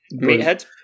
meathead